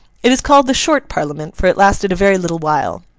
it is called the short parliament, for it lasted a very little while.